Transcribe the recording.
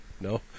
No